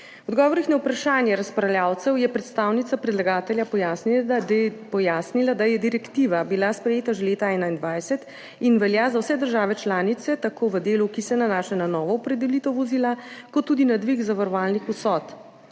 V odgovorih na vprašanje razpravljavcev je predstavnica predlagatelja pojasnila, da je bila direktiva sprejeta že leta 2021 in velja za vse države članice, tako v delu, ki se nanaša na novo opredelitev vozila, kot tudi na dvig zavarovalnih vsot.